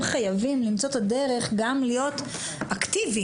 חייבים למצוא את הדרך גם להיות אקטיביים.